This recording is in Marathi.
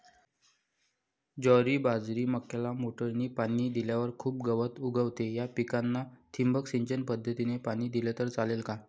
ज्वारी, बाजरी, मक्याला मोटरीने पाणी दिल्यावर खूप गवत उगवते, या पिकांना ठिबक सिंचन पद्धतीने पाणी दिले तर चालेल का?